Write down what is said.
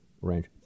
range